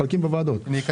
וביטחון.